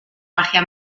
magia